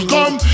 Come